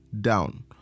down